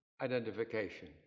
identification